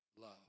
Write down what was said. love